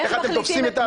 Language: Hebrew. איך אתם תופסים את העצור.